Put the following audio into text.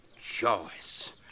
Choice